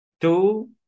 two